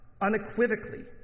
unequivocally